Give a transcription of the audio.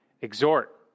exhort